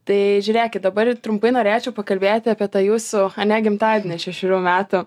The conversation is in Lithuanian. tai žiūrėkit dabar trumpai norėčiau pakalbėti apie tą jūsų ane gimtadienį šešerių metų